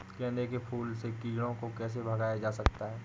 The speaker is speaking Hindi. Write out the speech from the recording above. गेंदे के फूल से कीड़ों को कैसे भगाया जा सकता है?